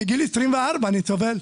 בגיל 24 אני סובל.